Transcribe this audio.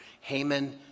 Haman